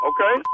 Okay